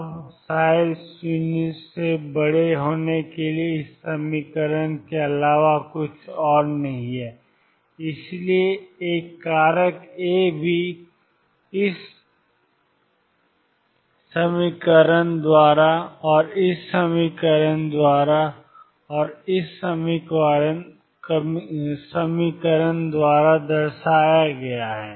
अब ψx0 e 2mE2x के अलावा और कुछ नहीं है और इसलिए एक कारक A भी x0 A2mE2e 2mE2x औरx0Ae2mE2x और x02mE2Ae2mE2x है